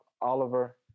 oliver